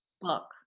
book